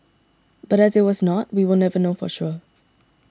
but as it was not we will never know for sure